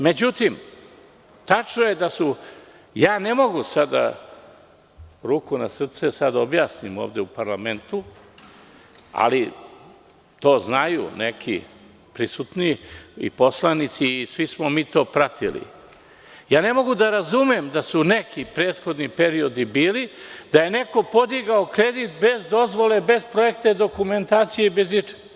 Međutim, ne mogu sada da objasnim ovde u parlamentu, ali to znaju neki prisutni poslanici, svi smo mi to pratili, ne mogu da razumem da su neki prethodni periodi bili, da je neko podigao kredit bez dozvole, bez projektne dokumentacije i bez ičega.